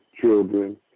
children